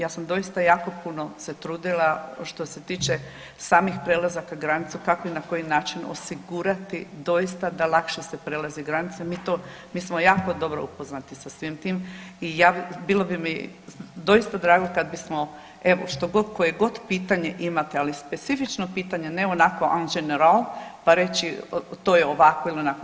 Ja sam doista jako puno se trudila što se tiče samih prelazaka granice, kako i na koji način osigurati doista da lakše se prelazi granica, mi to, mi smo jako dobro upoznati sa svim tim i ja bi, bilo bi mi doista drago kad bismo, evo, što god, koje god pitanje imate, ali specifično pitanje, ne onako ... pa reći to je ovako ili onako.